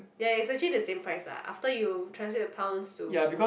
ya it's actually the same price lah after you translate the pounds to